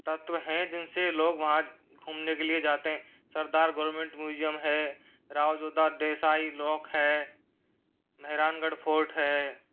तत्व हैं जिनसे लोग वहाँ घूमने के लिए जाते हैं सरदार गोवरमेंट मूज़ियम है राव जोधा देसाई रॉक है मेहरानगढ़ फोर्ट है